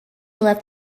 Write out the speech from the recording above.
left